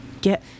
get